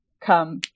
come